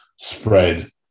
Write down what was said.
spread